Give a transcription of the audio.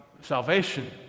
salvation